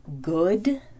good